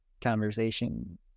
conversation